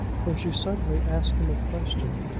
when she suddenly asked him a question.